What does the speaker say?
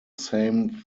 same